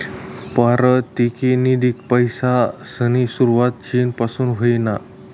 पारतिनिधिक पैसासनी सुरवात चीन पासून व्हयनी